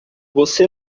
você